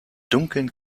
dunkeln